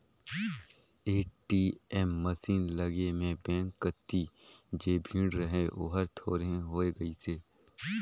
ATM machine लगे में bank कति जे भीड़ रहें ओहर थोरहें होय गईसे